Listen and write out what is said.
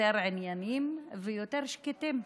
יותר ענייניים ויותר שקטים.